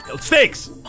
Steaks